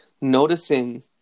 noticing